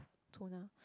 toner